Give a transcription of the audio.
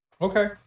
Okay